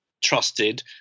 trusted